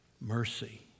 mercy